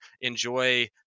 enjoy